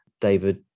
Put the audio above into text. David